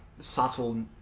subtle